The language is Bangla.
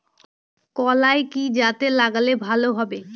কলাই কি জাতে লাগালে ভালো হবে?